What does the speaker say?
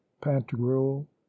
pantagruel